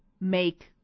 make